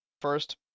first